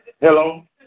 Hello